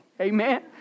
Amen